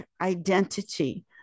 identity